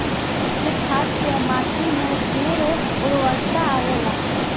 गोबर के खाद से माटी में ढेर उर्वरता आवेला